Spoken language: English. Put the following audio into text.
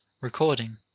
recording